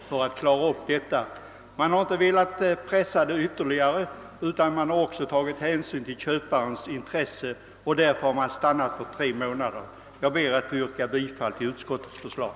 Man har dock inte velat pressa tiden ytterligare utan har tagit hänsyn till köparens intresse och stannat för tre månader. Jag ber att få yrka bifall till utskottets hemställan.